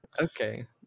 Okay